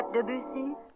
Debussy